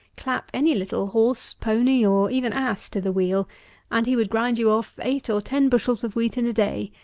clap any little horse, pony, or even ass to the wheel and he would grind you off eight or ten bushels of wheat in a day,